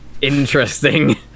interesting